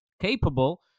capable